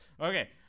Okay